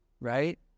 right